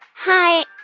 hi.